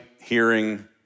hearing